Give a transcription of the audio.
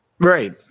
Right